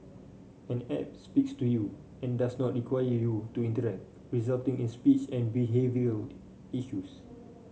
an app speaks to you and does not require you to interact resulting in speech and issues